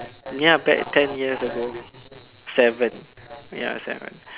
ya about ten years ago seven ya seven